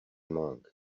monk